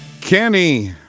Kenny